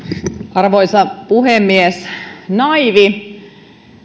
arvoisa puhemies naiivi